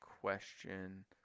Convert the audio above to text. question